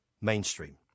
mainstream